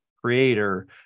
creator